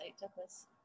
Douglas